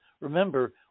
remember